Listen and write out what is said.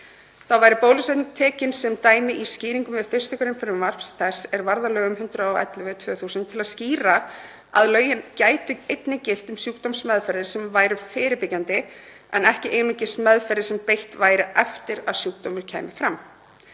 Þá væri bólusetning tekin sem dæmi í skýringum við 1. gr. frumvarps þess er varð að lögum nr. 111/2000 til að skýra að lögin gætu einnig gilt um sjúkdómsmeðferðir sem væru fyrirbyggjandi en ekki einungis meðferðir sem beitt væri eftir að sjúkdómur kæmi fram.